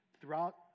throughout